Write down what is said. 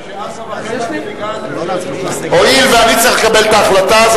אבל אפשר לקבל החלטה,